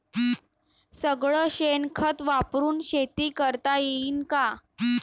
सगळं शेन खत वापरुन शेती करता येईन का?